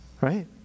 Right